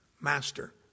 master